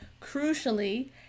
crucially